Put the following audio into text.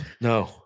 No